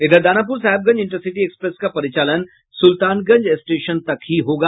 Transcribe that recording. इधर Danapur Sahebganj intercity express का परिचालन सुल्तानगंज स्टेशन तक ही होगा